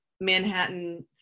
Manhattan